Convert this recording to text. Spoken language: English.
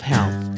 Health